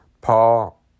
Paul